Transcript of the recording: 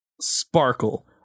sparkle